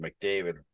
McDavid